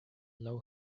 low